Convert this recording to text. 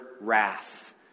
wrath